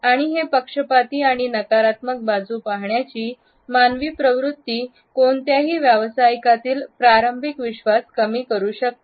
आणि हे पक्षपाती आणि नकारात्मक बाजू पाहण्याची मानवी प्रवृत्ती कोणत्याही व्यावसायिकातील प्रारंभिक विश्वास कमी करू शकते